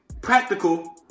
practical